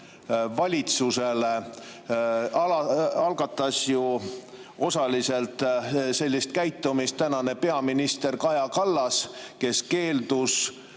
valitsusele. Algatas ju osaliselt sellise käitumise tänane peaminister Kaja Kallas, kes keeldus